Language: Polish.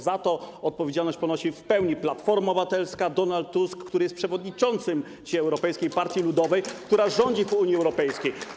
Za to odpowiedzialność ponosi w pełni Platforma Obywatelska, Donald Tusk, który dzisiaj jest przewodniczącym Europejskiej Partii Ludowej, która rządzi w Unii Europejskiej.